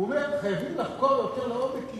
הוא אומר: חייבים לחקור יותר לעומק כי